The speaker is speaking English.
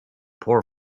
poor